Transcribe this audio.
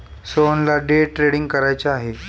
सोहनला day trading करायचे आहे